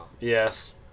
Yes